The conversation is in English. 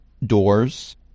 doors